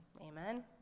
Amen